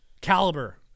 Caliber